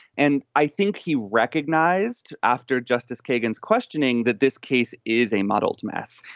and i think he recognized after justice kagan's questioning that this case is a muddled mess,